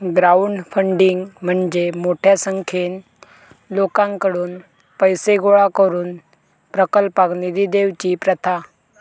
crowdfunding म्हणजे मोठ्या संख्येन लोकांकडुन पैशे गोळा करून प्रकल्पाक निधी देवची प्रथा